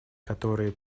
которые